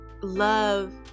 love